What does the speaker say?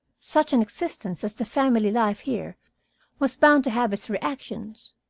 such an existence as the family life here was bound to have its reactions.